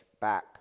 back